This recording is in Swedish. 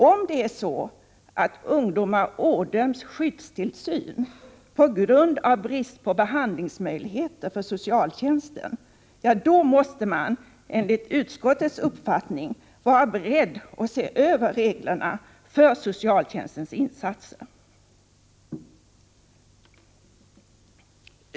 Om ungdomar ådöms skyddstillsyn på grund av brist på behandlingsmöjligheter för socialtjänsten måste man enligt utskottet vara beredd att se över reglerna för socialtjänstens insatser.